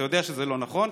אתה יודע שזה לא נכון,